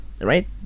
right